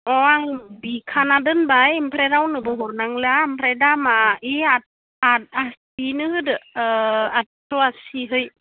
अ आं बिखाना दोनबाय ओमफ्राय रावनोबो हरनांला ओमफ्राय दामा बे बेनो होदो आदख' आसियै